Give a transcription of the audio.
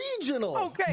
regional